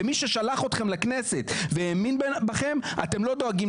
למי ששלח אתכם לכנסת והאמין בכם, אתם לא דואגים.